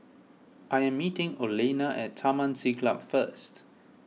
I am meeting Olena at Taman Siglap first